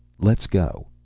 let's go!